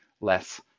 less